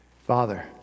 Father